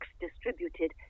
distributed